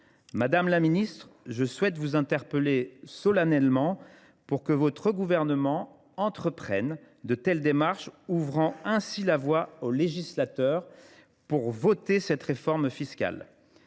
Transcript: Madame la ministre, je souhaite vous interpeller solennellement pour que votre gouvernement entreprenne cette démarche et ouvre ainsi la voie au vote de cette réforme fiscale